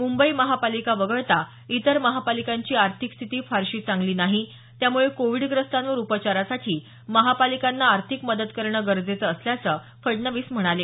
मुंबई महापालिका वगळता इतर महापालिकांची आर्थिक स्थिती फारशी चांगली नाही त्यामुळे कोविडग्रस्तांवर उपचारासाठी महापालिकांना आर्थिक मदत करणं गरजेचं असल्याचं फडणवीस म्हणाले